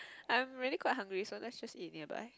I'm really quite hungry so let just eat nearby